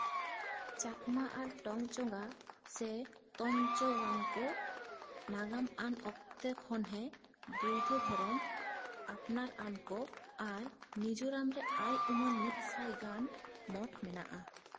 ᱪᱟᱠᱢᱟ ᱟᱨ ᱴᱚᱝᱪᱚᱸᱜᱟ ᱥᱮ ᱛᱚᱧᱪᱚ ᱜᱟᱝᱠᱚ ᱱᱟᱜᱟᱢᱟᱱ ᱚᱠᱛᱚ ᱠᱷᱚᱱ ᱦᱮ ᱵᱳᱫᱽᱫᱷᱚ ᱫᱷᱚᱨᱚᱢ ᱟᱯᱱᱟᱨ ᱟᱱᱠᱳ ᱟᱨ ᱢᱤᱡᱳᱨᱟᱢ ᱨᱮ ᱟᱭ ᱩᱢᱟᱹᱱ ᱢᱤᱫ ᱥᱟᱭ ᱜᱟᱱ ᱢᱚᱴᱷ ᱢᱮᱱᱟᱜᱼᱟ